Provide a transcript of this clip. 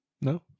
No